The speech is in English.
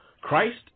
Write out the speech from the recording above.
Christ